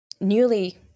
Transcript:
newly